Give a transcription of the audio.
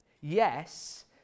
Yes